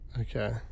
Okay